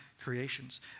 creations